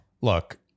Look